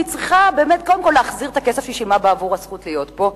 כי היא צריכה קודם כול להחזיר את הכסף שהיא שילמה בעבור הזכות להיות פה,